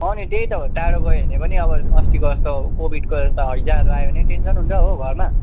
अँ नि त्यही त हो टाढो गयो भने पनि अब अस्तिको जस्तो कोभिडको यता हैजाहरू आयो भने टेन्सन हुन्छ हो घरमा